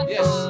Yes